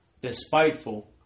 despiteful